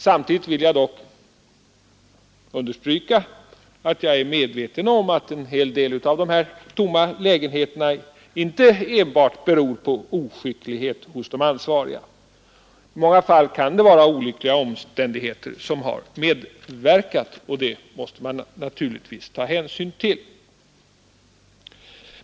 Samtidigt vill jag dock understryka att jag är medveten om att en hel del av dessa tomma lägenheter inte enbart beror på oskicklighet hos de ansvariga; i många fall kan det vara olika omständigheter som har medverkat, och dessa måste man naturligtvis ta hänsyn till.